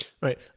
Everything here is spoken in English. Right